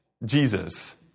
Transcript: Jesus